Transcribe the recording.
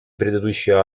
предыдущие